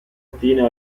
attiene